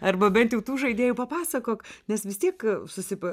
arba bent jau tų žaidėjų papasakok nes vis tiek susipa